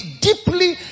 deeply